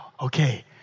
okay